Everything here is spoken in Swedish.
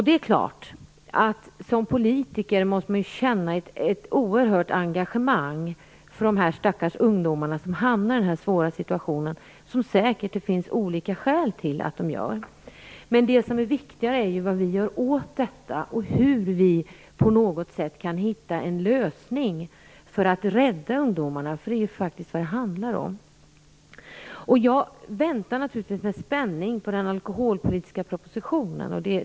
Det är klart att man som politiker måste känna ett oerhört engagemang för de stackars ungdomar som hamnar i den här svåra situationen av olika skäl. Men det viktiga är vad vi gör åt detta; hur vi på något sätt skall kunna hitta en lösning för att rädda ungdomarna, för det är ju faktiskt vad det handlar om. Jag väntar naturligtvis med spänning på den alkoholpolitiska propositionen.